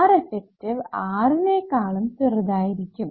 Reffective R നേക്കാളും ചെറുതായിരിക്കും